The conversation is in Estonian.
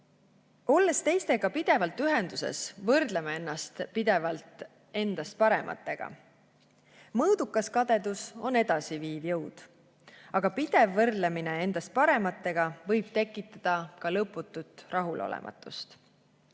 teistega pidevalt ühenduses, võrdleme ennast pidevalt endast parematega. Mõõdukas kadedus on edasiviiv jõud. Aga pidev võrdlemine endast parematega võib tekitada ka lõputut rahulolematust.